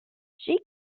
she